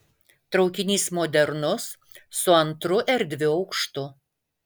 traukinys modernus su antru erdviu aukštu